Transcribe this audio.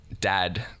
dad